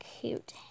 cute